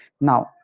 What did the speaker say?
now